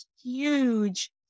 huge